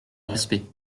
respect